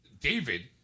David